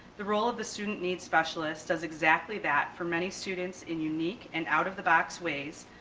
the role of the student needs specialist does exactly that for many students and unique and out of the box ways.